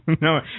No